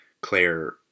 Claire